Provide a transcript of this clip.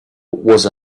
was